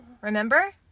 remember